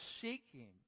seeking